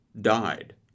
died